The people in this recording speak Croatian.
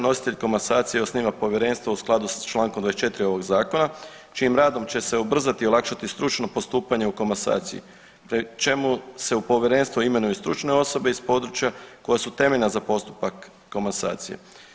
Nositelj komasacije osniva Povjerenstvo u skladu s čl. 24. ovog zakona čijim radom će se ubrzati i olakšati stručno postupanje u komasaciji pri čemu se u povjerenstvo imenuju stručne osobe iz područja koja su temeljna za postupak komasacije.